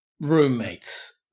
roommates